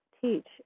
teach